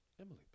Emily